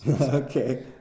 Okay